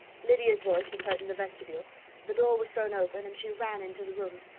lydia's voice was heard in the vestibule the door was thrown open, and she ran into the room.